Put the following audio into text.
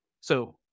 So-